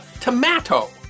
tomato